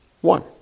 one